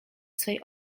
swej